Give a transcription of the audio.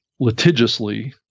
litigiously